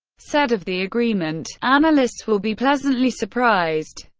said of the agreement analysts will be pleasantly surprised.